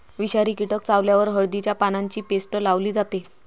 विषारी कीटक चावल्यावर हळदीच्या पानांची पेस्ट लावली जाते